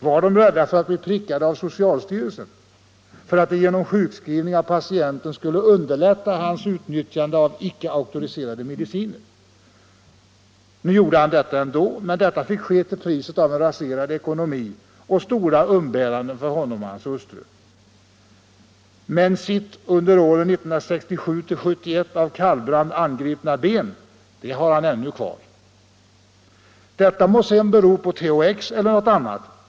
Var de rädda för att bli prickade av socialstyrelsen därför att de genom en sjukskrivning av patienten skulle underlätta hans utnyttjande av icke auktoriserade mediciner? Nu utnyttjade han dem ändå, men det fick ske till priset av en raserad ekonomi och stora umbäranden för honom och hans hustru. Men sitt under åren 1967-1971 av kallbrand angripna ben har han ännu kvar. Detta må sedan bero på THX eller något annat.